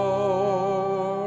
Lord